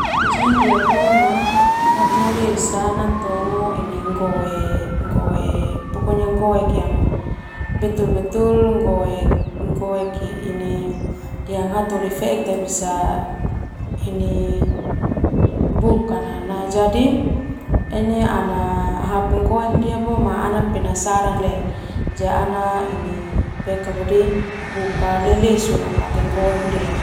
Hataholi esa natongo ini nggoek pokonya nggoek yang betul-betul hataholi feek beti buka ana penasaran ana ini buka lelesun pake nggoek ndia.